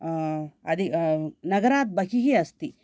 नगरात् बहिः अस्ति